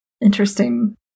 interesting